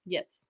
Yes